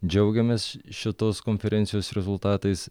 džiaugiamės šitos konferencijos rezultatais